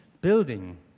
building